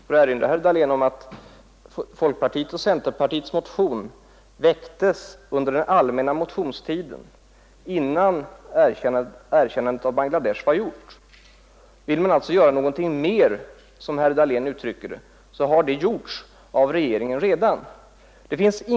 Fru talman! Jag får erinra herr Dahlén om att folkpartiets och centerpartiets motion väcktes under den allmänna motionstiden, innan erkännandet av Bangladesh var gjort. Vill man alltså göra någonting mer, som herr Dahlén uttrycker det, så har det redan gjorts av regeringen i kontakt med Bangladeshs myndigheter.